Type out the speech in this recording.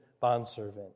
bondservant